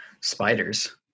Spiders